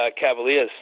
Cavaliers